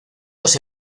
los